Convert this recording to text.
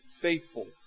faithful